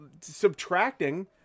subtracting